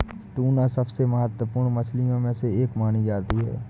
tuna सबसे महत्त्वपूर्ण मछलियों में से एक मानी जाती है